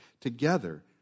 Together